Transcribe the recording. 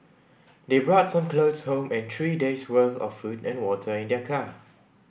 they brought some clothes home and three days' worth of food and water in their car